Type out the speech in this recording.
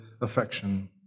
affection